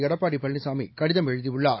எடப்பாடி பழனிசாமி கடிதம் எழுதியுள்ளார்